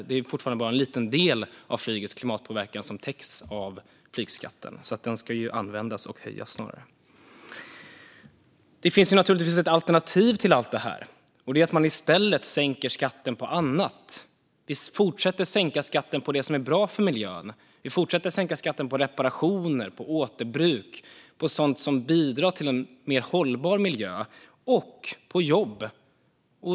Det är ju fortfarande bara en liten del av flygets klimatpåverkan som täcks av flygskatten. Det finns naturligtvis ett alternativ till allt det här, och det är att man i stället sänker skatten på annat. Vi fortsätter att sänka skatten på det som är bra för miljön. Vi fortsätter att sänka skatten på reparationer, på återbruk, på sådant som bidrar till en mer hållbar miljö och på jobb.